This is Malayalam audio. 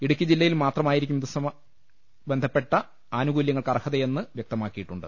ഇടുക്കി ജില്ല യിൽ മാത്രമായിരിക്കും ഇതുമായി ബന്ധപ്പെട്ട ആനുകൂല്യങ്ങൾക്ക് അർഹതയെന്ന് വൃക്തമാക്കിയിട്ടുണ്ട്